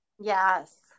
Yes